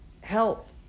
help